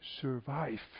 survive